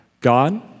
God